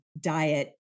diet